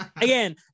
Again